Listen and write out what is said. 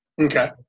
Okay